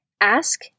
ask